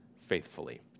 faithfully